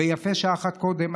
ויפה שעה אחת קודם.